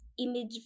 image